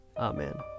Amen